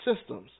systems